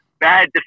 Bad